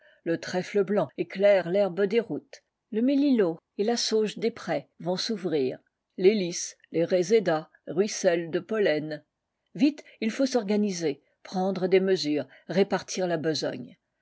le trèfle blanc éclaire therbe des routes le mélilot et la sauge des prés vont s'ouvrir les lys les résédas ruissellent de pollen vite il faut s'organiser prendre des mesures répartir la besogne